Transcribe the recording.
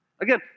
Again